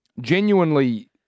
Genuinely